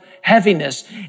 heaviness